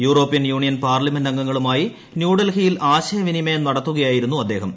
European Union parliament അംഗങ്ങളുമായി ന്യൂഡൽഹിയിൽ ആശയവിനിമയം നടത്തുകയായിരുന്നു അദ്ദേഹം